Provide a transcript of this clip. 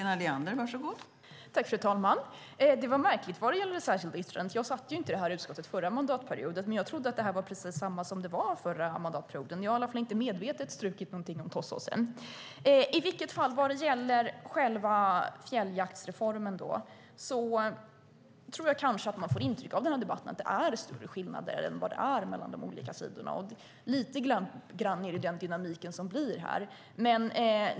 Fru talman! Det var märkligt vad gäller det särskilda yttrandet. Jag satt inte i detta utskott förra mandatperioden, och jag trodde att det här var precis samma som då. Jag har inte medvetet strukit någonting om Tåssåsen. Vad gäller själva fjälljaktsreformen får man kanske intrycket av den här debatten att det är större skillnader än vad det är mellan de olika sidorna. Det blir lite grann den dynamiken här.